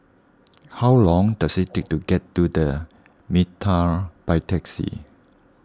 how long does it take to get to the Mitraa by taxi